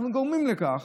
אנחנו גורמים לכך